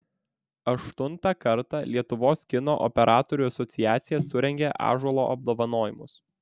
aštuntą kartą lietuvos kino operatorių asociacija surengė ąžuolo apdovanojimus